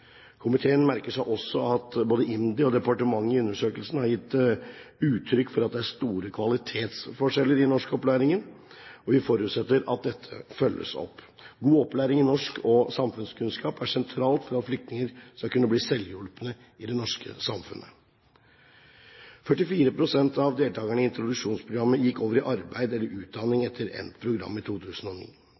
Komiteen merker seg også at både IMDi og departementet i undersøkelsen har gitt uttrykk for at det er store kvalitetsforskjeller i norskopplæringen. Vi forutsetter at dette følges opp. God opplæring i norsk og samfunnskunnskap er sentralt for at flyktninger skal kunne bli selvhjulpne i det norske samfunnet. Komiteen påpeker videre: 44 pst. av deltakerne i introduksjonsprogram gikk over i arbeid eller utdanning etter endt program i 2009.